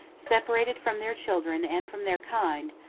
separated from their children and from their kind,